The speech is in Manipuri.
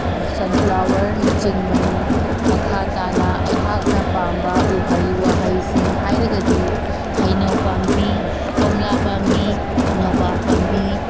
ꯁꯟꯐ꯭ꯂꯥꯋꯔꯆꯤꯡꯕꯅꯤ ꯃꯈꯥ ꯇꯥꯅ ꯑꯩꯍꯥꯛꯅ ꯄꯥꯝꯕ ꯎꯍꯩ ꯋꯥꯍꯩꯁꯤꯡ ꯍꯥꯏꯔꯒꯗꯤ ꯍꯩꯅꯧ ꯄꯥꯝꯕꯤ ꯀꯣꯝꯂꯥ ꯄꯥꯝꯕꯤ ꯅꯣꯕꯥꯞ ꯄꯥꯝꯕꯤ